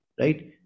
Right